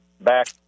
Back